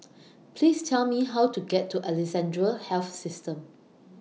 Please Tell Me How to get to Alexandra Health System